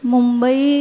Mumbai